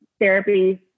therapy